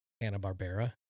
Hanna-Barbera